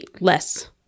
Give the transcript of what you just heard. less